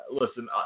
listen